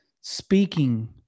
speaking